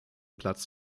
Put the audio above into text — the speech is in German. platz